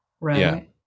right